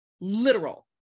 literal